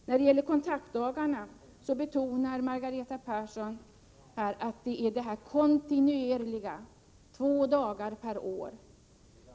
När det gäller kontaktdagarna betonar Margareta Persson det kontinuerliga, två dagar per år.